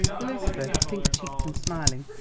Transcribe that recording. elizabeth, pink-cheeked and smiling,